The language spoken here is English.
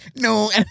No